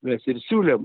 mes ir siūlėm